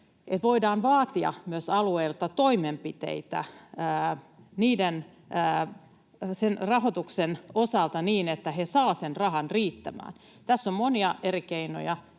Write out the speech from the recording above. voidaan vaatia myös alueilta toimenpiteitä rahoituksen osalta niin, että ne saavat sen rahan riittämään. Tässä on monia eri keinoja,